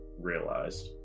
realized